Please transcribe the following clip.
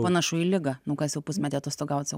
panašu į ligą nu kas jau pusmetį atostogauti sau